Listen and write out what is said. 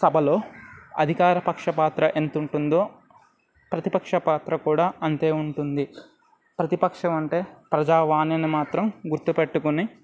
సభలో అధికార పక్షపాత్ర ఎంతుంటుందో ప్రతిపక్ష పాత్ర కూడా అంతే ఉంటుంది ప్రతిపక్షమంటే ప్రజా వాణి అని మాత్రం గుర్తుపెట్టుకుని